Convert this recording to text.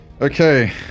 Okay